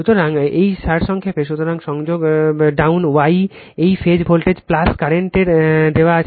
সুতরাং এই সারসংক্ষেপ সুতরাং সংযোগ ডাউন Y এই ফেজ ভোল্টেজ কারেন্ট দেওয়া আছে